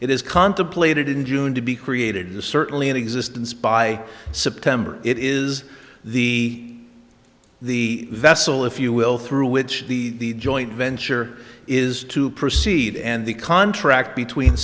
is contemplated in june to be created in the certainly in existence by september it is the the vessel if you will through which the joint venture is to proceed and the contract between